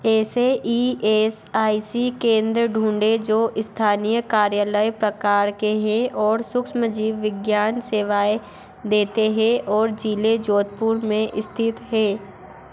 ऐसे E S I C केंद्र ढूँढ़े जो स्थानीय कार्यालय प्रकार के हैं और सूक्ष्मजीव विज्ञान सेवाएँ देते हैं और ज़िले जोधपुर में स्थित है